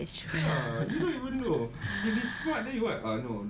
ya lah that's true